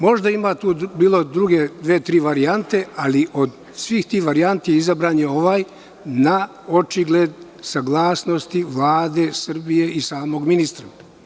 Možda su tu bile druge dve, tri varijante, ali od svih tih varijanti izabran je ovaj na očigled saglasnosti Vlade Srbije i samog ministra.